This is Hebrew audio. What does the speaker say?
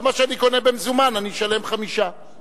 למה כשאני קונה במזומן אני אשלם 5 שקלים?